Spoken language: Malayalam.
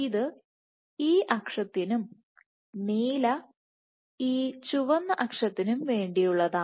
ഇത് ഈ അക്ഷത്തിനും നീല ഈ ചുവന്ന അക്ഷത്തിനും വേണ്ടിയുള്ളതാണ്